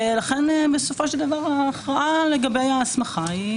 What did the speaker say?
ולכן בסופו של דבר ההכרעה לגבי ההסמכה היא